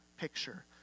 picture